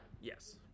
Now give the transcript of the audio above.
Yes